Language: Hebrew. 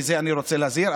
מזה אני רוצה להזהיר.